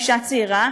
אישה צעירה,